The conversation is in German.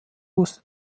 musste